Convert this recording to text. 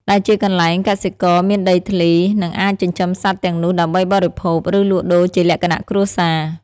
ដែលជាកន្លែងកសិករមានដីធ្លី និងអាចចិញ្ចឹមសត្វទាំងនោះដើម្បីបរិភោគ ឬលក់ដូរជាលក្ខណៈគ្រួសារ។